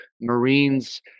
Marines